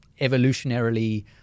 evolutionarily